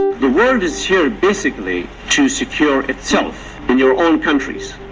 the world is here basically to secure itself and your own countries,